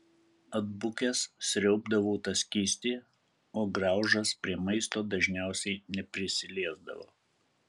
atbukęs sriaubdavau tą skystį o graužas prie maisto dažniausiai neprisiliesdavo